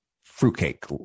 fruitcake